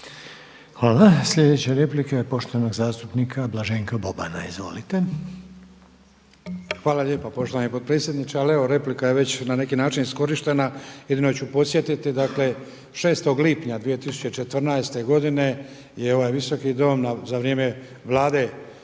Hvala, sljedeća replika je poštovanog zastupnika Blaženka Bobana. Izvolite. **Boban, Blaženko (HDZ)** Hvala lijepa poštovani potpredsjedniče ali evo replika je već na neki način iskorištena, jedino ću podsjetiti, dakle 6. lipnja 2014. godine je ovaj Visoki dom za vrijeme Vlade